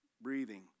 breathing